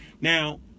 Now